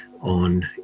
on